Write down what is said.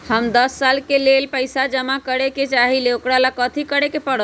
हम दस साल के लेल पैसा जमा करे के चाहईले, ओकरा ला कथि करे के परत?